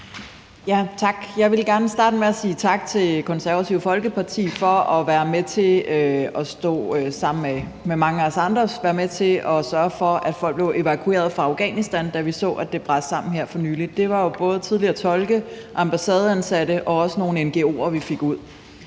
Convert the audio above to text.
Tak. Jeg vil gerne starte med at sige tak til Det Konservative Folkeparti for at være med til at stå sammen med mange af os andre, altså være med til at sørge for, at folk blev evakueret fra Afghanistan, da vi så, at det brasede sammen her for nylig. Det var jo både tidligere tolke, ambassadeansatte og også nogle ngo'er, vi fik ud.